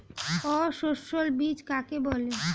অসস্যল বীজ কাকে বলে?